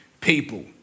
people